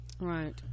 right